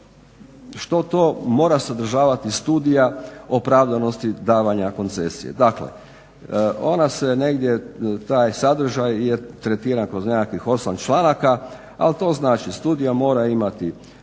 što to mora sadržavati studija opravdanosti davanja koncesije. Dakle, ona se negdje taj sadržaj je tretiran kroz nekakvih 8 članaka, ali to znači studija mora imati